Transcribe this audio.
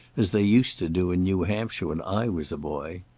as they used to do in new hampshire when i was a boy.